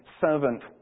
servant